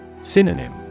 Synonym